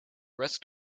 rest